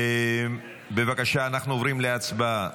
בבקשה, אנחנו עוברים להצבעה.